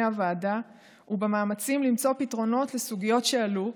הוועדה ובמאמצים למצוא פתרונות לסוגיות שעלו,